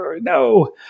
no